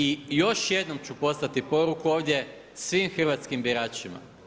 I još jednom ću poslati poruku ovdje svim hrvatskim biračima.